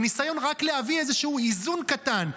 בניסיון רק להביא איזה איזון קטן,